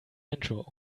intro